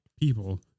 people